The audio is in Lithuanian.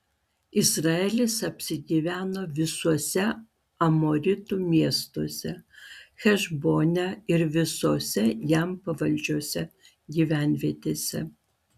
izraelis apsigyveno visuose amoritų miestuose hešbone ir visose jam pavaldžiose gyvenvietėse